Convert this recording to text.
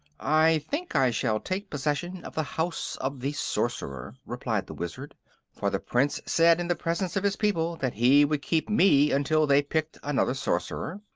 i think i shall take possession of the house of the sorcerer, replied the wizard for the prince said in the presence of his people that he would keep me until they picked another sorcerer,